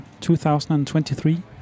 2023